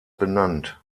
benannt